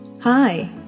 Hi